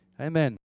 Amen